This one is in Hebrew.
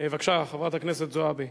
בבקשה, חברת הכנסת זועבי.